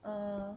err